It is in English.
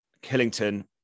Killington